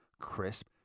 crisp